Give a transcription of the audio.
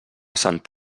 sant